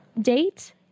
date